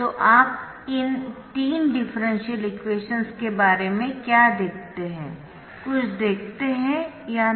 तो आप इन तीन डिफरेंशियल इक्वेशन्स के बारे में क्या देखते है कुछ देखते है या नहीं